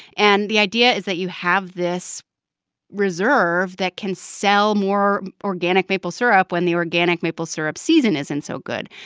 and the idea is that you have this reserve that can sell more organic maple syrup when the organic maple syrup season isn't so good.